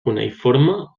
cuneïforme